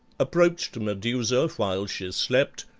approached medusa while she slept,